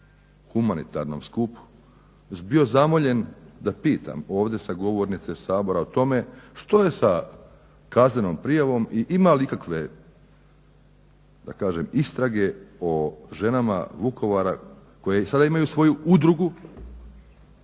humanitarnom skupu bio zamoljen da pitam ovdje sa govornice Sabora o tome što je sa kaznenom prijavom i imali ikakve istrage o ženama Vukovara koje sada imaju svoju udrugu,